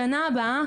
השנה הבאה,